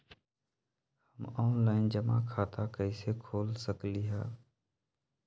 हम ऑनलाइन जमा खाता कईसे खोल सकली ह?